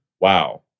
Wow